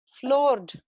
floored